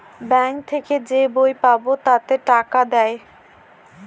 bank থেকে যে বই পাবো তাতে টাকা দেয়